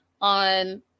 on